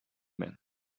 man